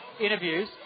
interviews